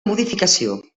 modificació